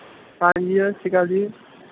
ਹਾਂਜੀ ਸਤਿ ਸ਼੍ਰੀ ਅਕਾਲ ਜੀ